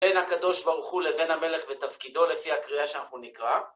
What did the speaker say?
בין הקדוש ברוך הוא לבין המלך ותפקידו לפי הקריאה שאנחנו נקרא.